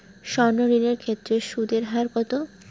সর্ণ ঋণ এর ক্ষেত্রে সুদ এর হার কত?